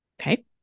Okay